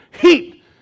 heat